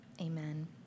amen